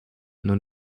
nun